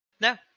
no